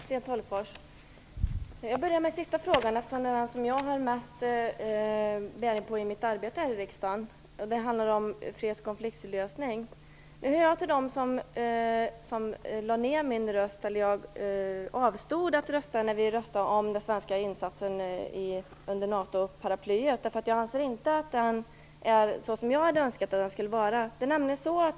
Fru talman! Jag börjar med den avslutande frågan, eftersom den berör mitt arbete här i riksdagen. Det handlar om freds och konfliktlösning. Jag hör till dem som avstod från att rösta när vi röstade om den svenska insatsen under NATO paraplyet. Jag anser inte att det var så som jag skulle ha önskat att det skulle vara.